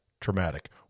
traumatic